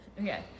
Okay